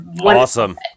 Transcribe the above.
awesome